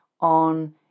on